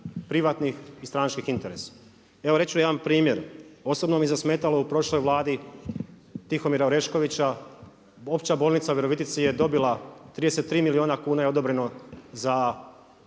privatnih i stranačkih interesa. Evo reći ću jedan primjer, osobno mi je zasmetalo u prošloj Vladi Tihomira Oreškovića opća bolnica u Virovitici je dobila 33 milijuna kuna je odobreno za